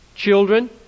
children